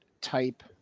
type